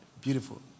beautiful